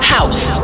House